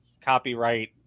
copyright